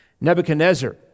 Nebuchadnezzar